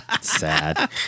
sad